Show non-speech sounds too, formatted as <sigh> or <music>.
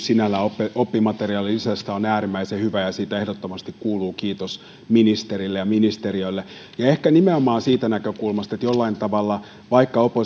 <unintelligible> sinällään esitys oppimateriaalilisästä on äärimmäisen hyvä ja siitä ehdottomasti kuuluu kiitos ministerille ja ministeriölle ja ehkä nimenomaan siitä näkökulmasta että jollain tavalla vaikka